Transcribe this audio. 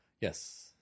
Yes